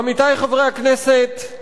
עמיתי חברי הכנסת,